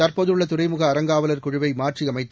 தற்போதுள்ள துறைமுக அறங்காவலர் குழுவை மாற்றியமைத்து